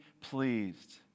pleased